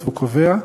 והוא קובע,